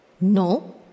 No